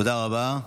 תודה רבה.